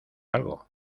algo